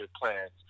plans